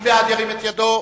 מי בעד, ירים את ידו.